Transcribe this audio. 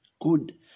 good